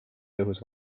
tõhus